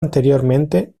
anteriormente